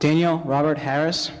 danielle robert harris